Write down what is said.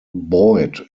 boyd